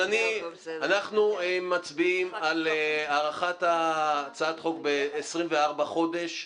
אז אנחנו מצביעים על הארכת הצעת החוק ב-24 חודש.